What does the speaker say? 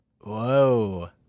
Whoa